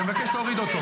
אז אני מבקש להוריד אותו.